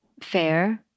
fair